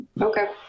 Okay